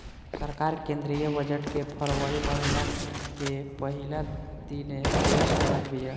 सरकार केंद्रीय बजट के फरवरी महिना के पहिला दिने पेश करत बिया